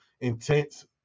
intense